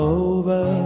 over